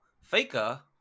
Faker